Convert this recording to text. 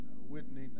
Whitney